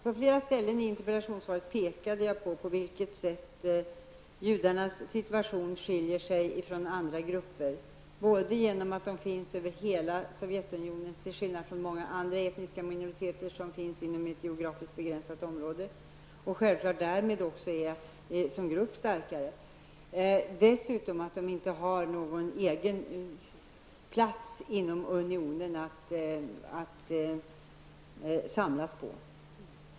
På flera ställen i interpellationssvaret beskriver jag på vilket sätt judarnas situation skiljer sig från andra gruppers, både på grund av att judarna finns över hela Sovjetunionen till skillnad från många andra etniska minoriteter, som vistas inom ett begränsat område och därmed som grupper är starkare, och på grund av att de inte har någon egen plats inom unionen att samlas på.